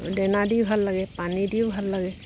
দেনা দি ভাল লাগে পানী দিও ভাল লাগে